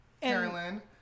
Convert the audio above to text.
Carolyn